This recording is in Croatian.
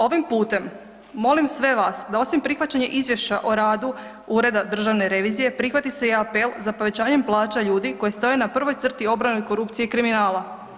Ovim putem molim sve vas da osim prihvaćanje izvješća o radu Ureda državne revizije, prihvati se i apel za povećanjem plaća ljudi koji stoje na prvoj crti obrane od korupcije i kriminala.